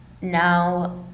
now